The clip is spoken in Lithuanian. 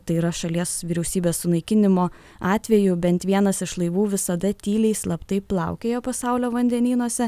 tai yra šalies vyriausybės sunaikinimo atveju bent vienas iš laivų visada tyliai slaptai plaukioja pasaulio vandenynuose